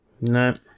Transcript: No